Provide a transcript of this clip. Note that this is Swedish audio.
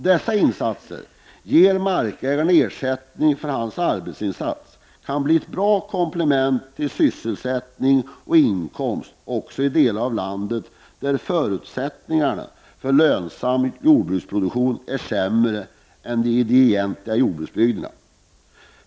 Dessa insatser, som innebär att markägaren får ersättning för sin arbetsinsats, kan bli ett bra komplement när det gäller sysselsättning och inkomst också i de delar av landet där förutsättningarna för en lönsam jordbruksproduktion är sämre än i de egentliga jordbruksbygderna.